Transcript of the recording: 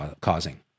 causing